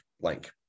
blank